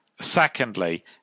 secondly